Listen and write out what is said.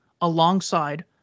alongside